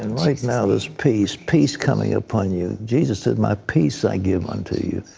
and now there is peace, peace coming upon you. jesus said, my peace i give unto you.